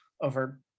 over